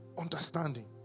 understanding